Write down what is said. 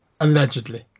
allegedly